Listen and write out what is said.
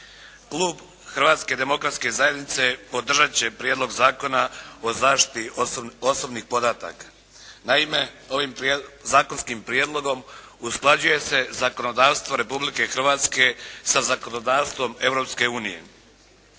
Klub Hrvatske demokratske zajednice podržat će Prijedlog zakona o zaštiti osobnih podataka. Naime, ovim zakonskim prijedlogom usklađuje se zakonodavstvo Republike Hrvatske sa zakonodavstvom